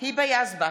היבה יזבק,